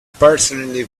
personally